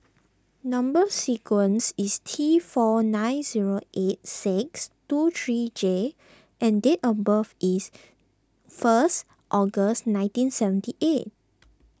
Number Sequence is T four nine zero eight six two three J and date of birth is first August nineteen seventy eight